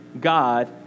God